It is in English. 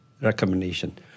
recommendation